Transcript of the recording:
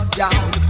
down